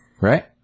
Right